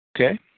Okay